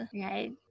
right